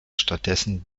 stattdessen